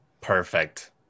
Perfect